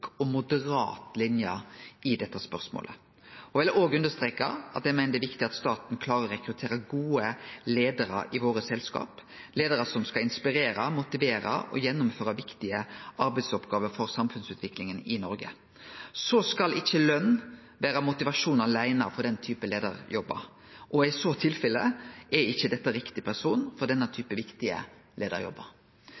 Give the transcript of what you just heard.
og moderat linje i dette spørsmålet. Eg vil òg understreke at eg meiner det er viktig at staten klarer å rekruttere gode leiarar i selskapa våre, leiarar som skal inspirere, motivere og gjennomføre viktige arbeidsoppgåver for samfunnsutviklinga i Noreg. Løn skal ikkje aleine vere motivasjon for den typen leiarjobbar – i så tilfelle er det ikkje riktig person for denne